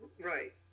Right